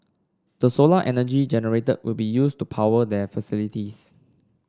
the solar energy generated will be used to power their facilities